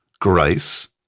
Grace